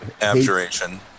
abjuration